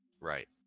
Right